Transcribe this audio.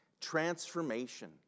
transformation